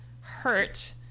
hurt